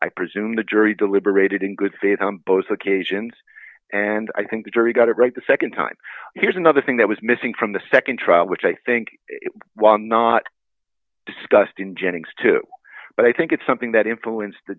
i presume the jury deliberated in good faith on both occasions and i think the jury got it right the nd time here's another thing that was missing from the nd trial which i think was not discussed in jennings too but i think it's something that influenced the